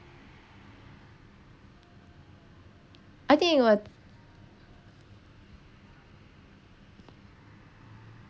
I think it will